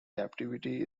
captivity